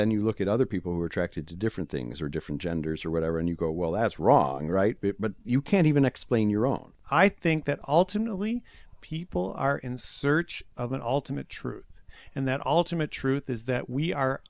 then you look at other people who are attracted to different things are different genders or whatever and you go well that's wrong or right but you can't even explain your own i think that ultimately people are in search of an ultimate truth and that alternate truth is that we are